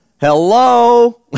Hello